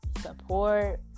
support